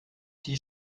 die